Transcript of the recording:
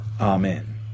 amen